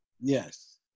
Yes